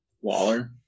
Waller